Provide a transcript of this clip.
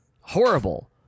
Horrible